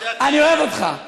אני אוהב אותך.